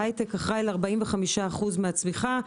ההיי-טק אחראי על 45 אחוזים מהצמיחה,